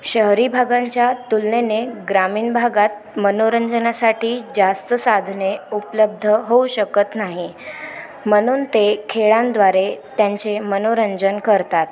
शहरी भागांच्या तुलनेने ग्रामीण भागात मनोरंजनासाठी जास्त साधने उपलब्ध होऊ शकत नाही म्हणून ते खेळांद्वारे त्यांचे मनोरंजन करतात